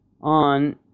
on